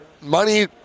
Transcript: Money